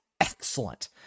excellent